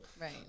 right